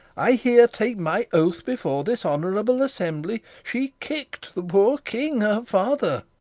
i here take my oath before this honourable assembly, she kicked the poor king her father.